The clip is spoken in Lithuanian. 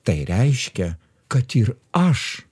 tai reiškia kad ir aš